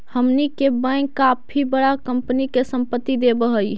हमनी के बैंक काफी बडा कंपनी के संपत्ति देवऽ हइ